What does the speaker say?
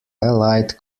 allied